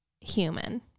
human